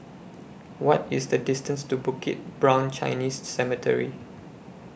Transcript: What IS The distance to Bukit Brown Chinese Cemetery